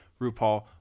RuPaul